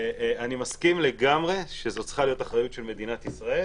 מסכים לגמרי שזו צריכה להיות אחריות של מדינת ישראל.